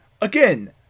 Again